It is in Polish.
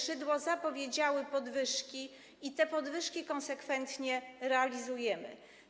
Szydło zapowiedziały podwyżki i te podwyżki konsekwentnie realizujemy.